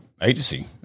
agency